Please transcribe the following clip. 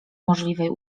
możliwej